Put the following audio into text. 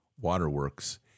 waterworks